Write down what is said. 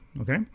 okay